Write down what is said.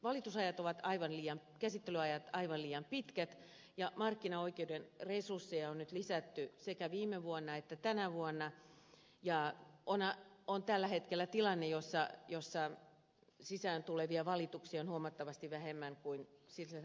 käsittelyajat ovat aivan liian pitkät ja markkinaoikeuden resursseja on nyt lisätty sekä viime vuonna että tänä vuonna ja tällä hetkellä on tilanne jossa sisään tulevia valituksia on huomattavasti vähemmän kuin sisällä olevia